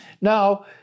Now